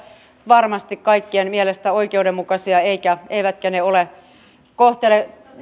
varmasti kaikkien mielestä oikeudenmukaisia eivätkä eivätkä ne kohtele